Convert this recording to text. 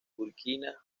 burkina